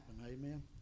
Amen